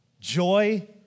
Joy